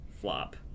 flop